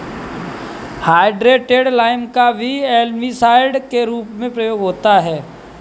hydrated lime का भी algicide के रूप में उपयोग होता है